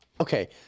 okay